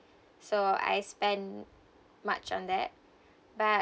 so I spend much on that but